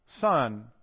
son